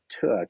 took